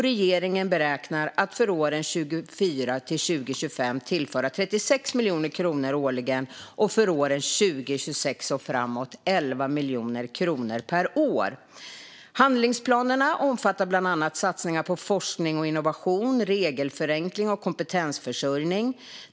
Regeringen beräknar att för åren 2024-2025 tillföra 36 miljoner kronor årligen och för åren 2026 och framåt 11 miljoner kronor per år. Handlingsplanerna omfattar bland annat satsningar på forskning och innovation, regelförenkling och kompetensförsörjning.